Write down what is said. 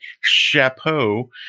chapeau